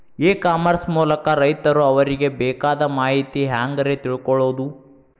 E commerce ಮೂಲಕ ರೈತರು ಅವರಿಗೆ ಬೇಕಾದ ಮಾಹಿತಿ ಹ್ಯಾಂಗ ರೇ ತಿಳ್ಕೊಳೋದು?